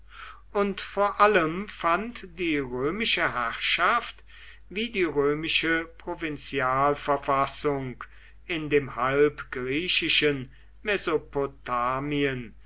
und vor allem fand die römische herrschaft wie die römische provinzialverfassung in dem halb